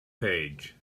page